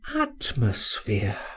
atmosphere